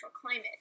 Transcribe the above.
climate